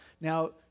Now